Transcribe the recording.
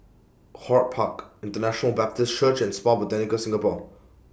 HortPark International Baptist Church and Spa Botanica Singapore